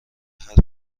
حرف